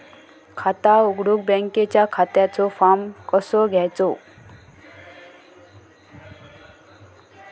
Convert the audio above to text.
खाता उघडुक बँकेच्या खात्याचो फार्म कसो घ्यायचो?